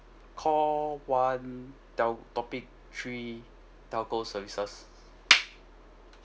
call one tel~ topic three telco services